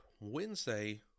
Wednesday